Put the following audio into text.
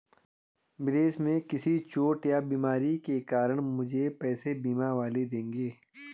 विदेश में किसी चोट या बीमारी के कारण मुझे पैसे बीमा वाले देंगे